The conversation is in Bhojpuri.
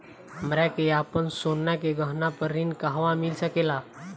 हमरा के आपन सोना के गहना पर ऋण कहवा मिल सकेला?